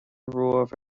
romhaibh